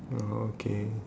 okay